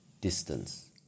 distance